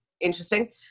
interesting